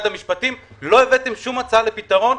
לא הבאתם שום הצעה לפתרון,